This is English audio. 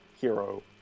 hero